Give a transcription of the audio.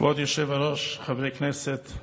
כבוד היושב-ראש, חברי הכנסת,